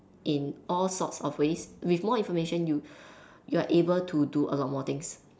in all sorts of ways with more information you you are able to do a lot more things